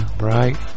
right